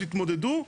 תתמודדו,